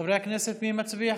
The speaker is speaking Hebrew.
חברי הכנסת, מי מצביע?